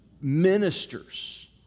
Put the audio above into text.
ministers